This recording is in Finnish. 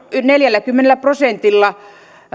neljälläkymmenellä prosentilla